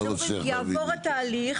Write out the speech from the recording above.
אז אומרים יעבור התהליך,